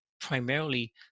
primarily